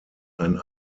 ein